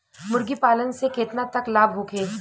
मुर्गी पालन से केतना तक लाभ होखे?